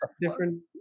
different